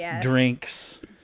drinks